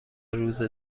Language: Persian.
روزه